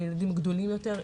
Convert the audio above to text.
לילדים הגדולים יותר,